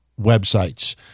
websites